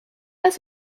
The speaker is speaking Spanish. las